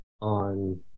on